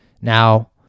Now